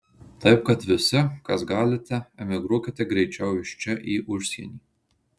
taip kad visi kas galite emigruokite greičiau iš čia į užsienį